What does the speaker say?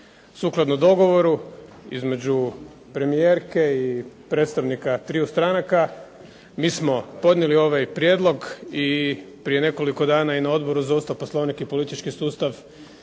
Sukladno dogovoru između premijerke i predstavnika triju stranaka mi smo podnijeli ovaj prijedlog i prije nekoliko dana i na Odboru za Ustav, Poslovnik i politički sustav